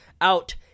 out